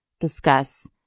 discuss